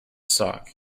sock